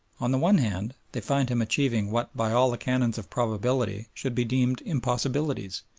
on the one hand, they find him achieving what by all the canons of probability should be deemed impossibilities,